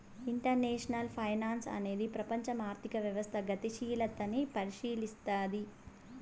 international finance అనేది ప్రపంచం ఆర్థిక వ్యవస్థ గతిశీలతని పరిశీలస్తది